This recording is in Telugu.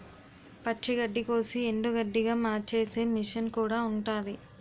పచ్చి గడ్డికోసి ఎండుగడ్డిగా మార్చేసే మిసన్ కూడా ఉంటాది